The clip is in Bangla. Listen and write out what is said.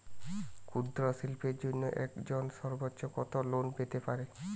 ক্ষুদ্রশিল্পের জন্য একজন সর্বোচ্চ কত লোন পেতে পারে?